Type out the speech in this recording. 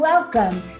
Welcome